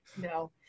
no